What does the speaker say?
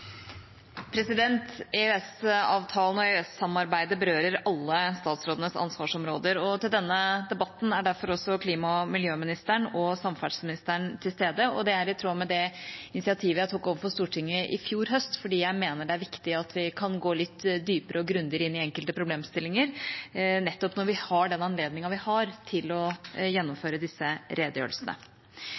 og EØS-samarbeidet berører alle statsrådenes ansvarsområder. I denne debatten er derfor også klima- og miljøministeren og samferdselsministeren til stede. Det er i tråd med det initiativet jeg tok overfor Stortinget i fjor høst, fordi jeg mener det er viktig at vi kan gå litt dypere og grundigere inn i enkelte problemstillinger nettopp når vi har den anledningen vi har til å gjennomføre disse redegjørelsene. La meg bare kort gjenta et par av hovedbudskapene fra redegjørelsen